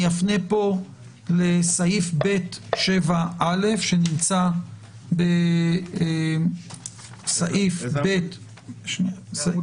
אפנה לסעיף ב7א ששוב מעגן פה יותר בפירוט העיקרון